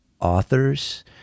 authors